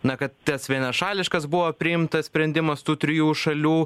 na kad tas vienašališkas buvo priimtas sprendimas tų trijų šalių